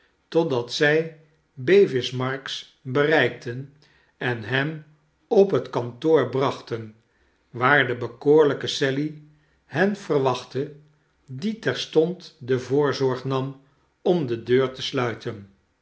totdat zij bevis marks bereikten en hem op het kantoor brachten waar de bekoorlijke sally hen verwachtte die terstond de voorzorg nam om de deur te sluiten